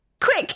quick